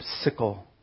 sickle